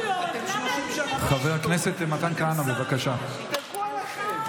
אתם 30 שנה בשלטון, אתם שרים, יתעלקו עליכם.